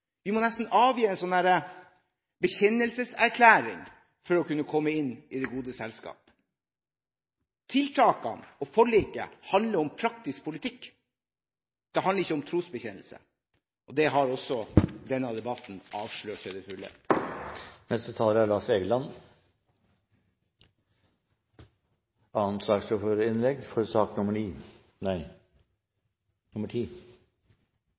Vi må nesten avgi en sånn bekjennelseserklæring for å kunne komme inn i det gode selskap. Tiltakene og forliket handler om praktisk politikk – det handler ikke om trosbekjennelse. Det har også denne debatten avslørt til fulle. Jeg tror den avsluttende historien i denne debatten er